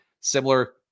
similar